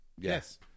yes